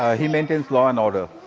ah he maintains law and order,